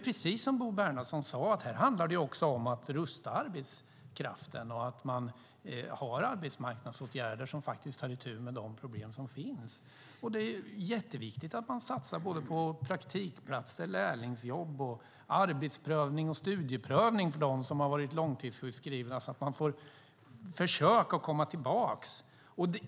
Precis som Bo Bernhardsson sade handlar det här också om att rusta arbetskraften och att vidta arbetsmarknadsåtgärder som faktiskt tar itu med de problem som finns. Det är mycket viktigt att man satsar på praktikplatser, lärlingsjobb, arbetsprövning och studieprövning för dem som har varit långtidssjukskrivna så att de får möjlighet att komma tillbaka.